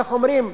איך אומרים?